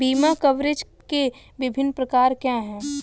बीमा कवरेज के विभिन्न प्रकार क्या हैं?